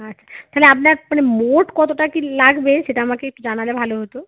আছ তাহলে আবনার মানে মোট কতটা তা কী লাগবে সেটা আমাকে একটু জানালে ভালো হতো